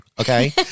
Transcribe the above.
okay